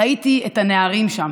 ראיתי את הנערים שם,